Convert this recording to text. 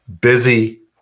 busy